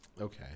Okay